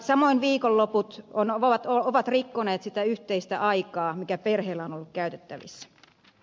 samoin viikonloput ovat rikkoneet sitä yhteistä aikaa mikä perheillä on ollut käytettävissä